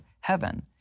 heaven